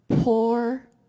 poor